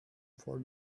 for